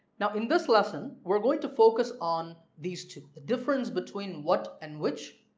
now in this lesson we're going to focus on these two the difference between what and which,